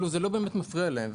זה לא באמת מפריע להם.